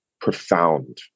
profound